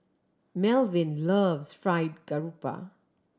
Melvin loves Fried Garoupa